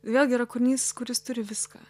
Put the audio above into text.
vėlgi yra kūrinys kuris turi viską